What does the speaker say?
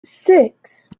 six